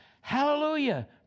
Hallelujah